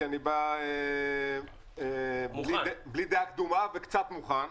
כי אני בא בלי דעה קדומה וקצת מוכן.